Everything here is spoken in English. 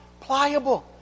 pliable